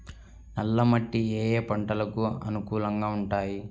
నల్ల మట్టి ఏ ఏ పంటలకు అనుకూలంగా ఉంటాయి?